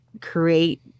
create